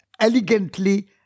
Elegantly